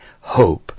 hope